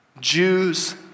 Jews